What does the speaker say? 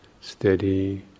steady